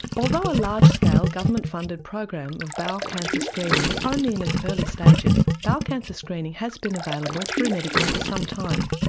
although a large-scale government funded program of bowel cancer screening is only in its early stages, bowel cancer screening has been available through medicare for some time,